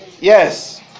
Yes